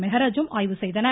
மெஹராஜும் ஆய்வு செய்தனர்